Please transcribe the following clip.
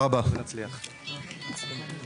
הישיבה ננעלה בשעה